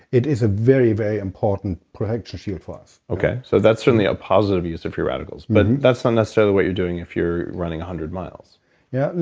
it is a very, very important protection shield for us okay. so, that's certainly a positive use of free radicals. but, that's not necessarily what you're doing if you're running a hundred miles yeah.